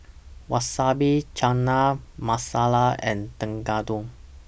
Wasabi Chana Masala and Tekkadon